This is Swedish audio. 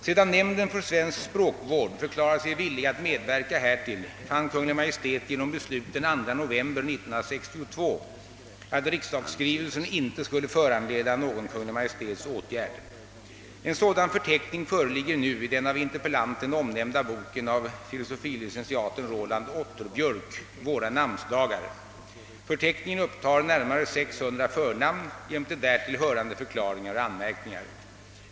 Sedan Nämnden för svensk språkvård förklarat sig villig att medverka härtill fann Kungl. Maj:t genom beslut den 2 november 1962, att riksdagsskrivelsen inte skulle föranleda någon Kungl. Maj:ts åtgärd. En sådan förteckning föreligger nu i den av interpellanten omnämnda boken av fil. lic. Roland Otterbjörk »Våra namnsdagar». Förteckningen upptar närmare 600 förnamn jämte därtill hörande förklaringar och anmärkningar.